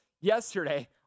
yesterday